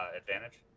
advantage